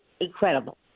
incredible